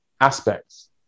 aspects